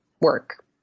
work